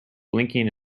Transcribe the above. blinking